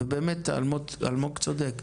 אלמוג צודק,